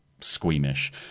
squeamish